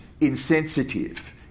insensitive